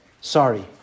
Sorry